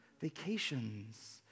vacations